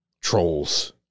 Trolls